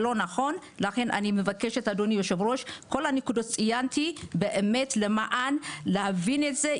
לכן אני מבקשת אדוני היו"ר שכל הנקודות שציינתי באמת למען להבין את זה,